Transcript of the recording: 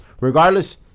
regardless